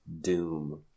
doom